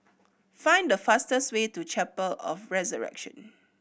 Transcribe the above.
find the fastest way to Chapel of the Resurrection